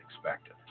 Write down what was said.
expected